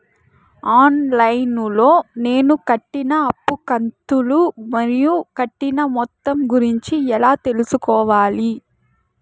On line లో నేను కట్టిన అప్పు కంతులు మరియు కట్టిన మొత్తం గురించి ఎలా తెలుసుకోవాలి?